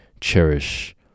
cherish